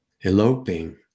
eloping